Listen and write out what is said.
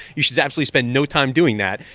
you should actually spend no time doing that.